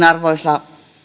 arvoisa